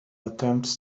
attempts